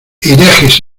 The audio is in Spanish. herejes